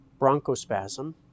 bronchospasm